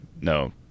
no